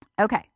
Okay